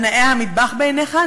הנאה המטבח בעיניך?